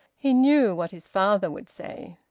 he knew what his father would say.